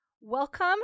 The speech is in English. Welcome